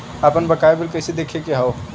आपन बकाया बिल कइसे देखे के हौ?